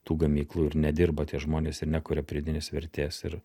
tų gamyklų ir nedirba tie žmonės ir nekuria pridėtinės vertės ir